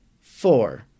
Four